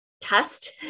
test